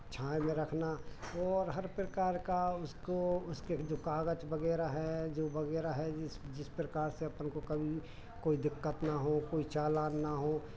छाँव में रखना और हर प्रकार का उसको उसके के जो कागज़ वगैरह हैं जो वगैरह है जिस जिस प्रकार से अपन को कभी कोई दिक्कत ना हो कोई चालान ना हो